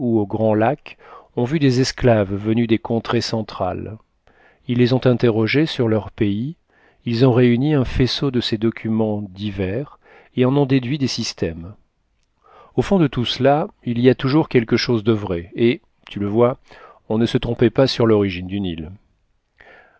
aux grands lacs ont vu des esclaves venus des contrées centrales ils les ont interrogés sur leur pays ils ont réuni un faisceau de ces documents divers et en ont déduit des systèmes au fond de tout cela il y a toujours quelque chose de vrai et tu le vois on ne se trompait pas sur l'origine du nil